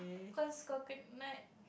cause coconut